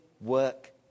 work